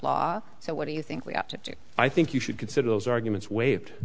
so what do you think we ought to do i think you should consider those arguments waived